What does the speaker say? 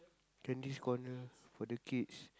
candies corner for the kids